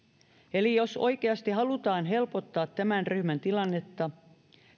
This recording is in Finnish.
eli jos oikeasti halutaan helpottaa tämän ryhmän tilannetta